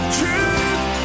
truth